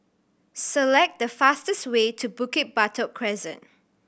select the fastest way to Bukit Batok Crescent